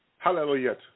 Hallelujah